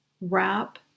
wrap